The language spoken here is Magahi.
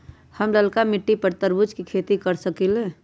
हम लालका मिट्टी पर तरबूज के खेती कर सकीले?